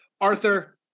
Arthur